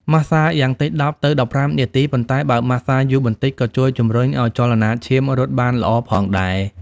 ម៉ាស្សាយ៉ាងតិច ១០ ទៅ ១៥ នាទី ប៉ុន្តែបើម៉ាស្សាយូរបន្តិចក៏ជួយជំរុញអោយចលនាឈាមរត់បានល្អផងដែរ។